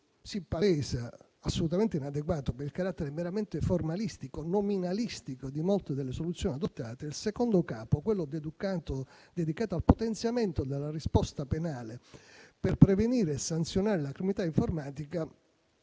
si palesa assolutamente inadeguato per il carattere meramente formalistico e nominalistico di molte delle soluzioni adottate, il II Capo, quello dedicato al potenziamento della risposta penale per prevenire e sanzionare la comunità informatica,